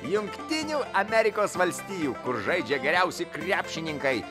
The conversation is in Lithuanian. jungtinių amerikos valstijų kur žaidžia geriausi krepšininkai